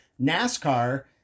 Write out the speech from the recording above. NASCAR